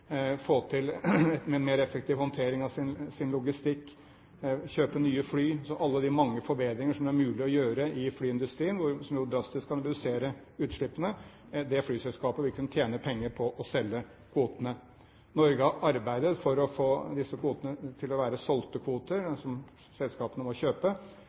få til en mer effektiv håndtering av sin logistikk, kjøpe nye fly – alle de mange forbedringer som er mulig å gjøre i flyindustrien, som jo drastisk kan redusere utslippene – vil kunne tjene penger på å selge kvotene. Norge har arbeidet for å få disse kvotene til å være solgte kvoter som selskapene må kjøpe,